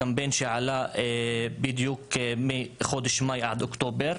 הקמפיין שעלה מחודש מאי עד אוקטובר.